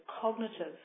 cognitive